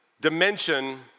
dimension